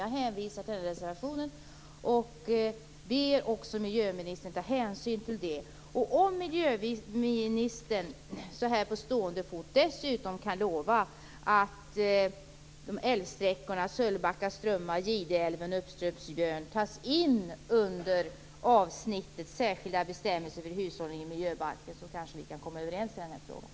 Jag hänvisar till den reservationen och ber miljöministern att ta hänsyn till detta. Om miljöministern så här på stående fot dessutom kan lova att de älvsträckorna Björna - tas in i miljöbalken under avsnittet särskilda bestämmelser för hushållningen kanske vi kan komma överens i denna fråga.